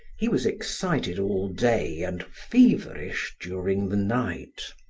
he was excited all day and feverish during-the night.